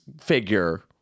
figure